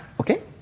okay